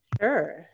Sure